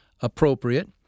appropriate